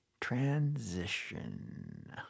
Transition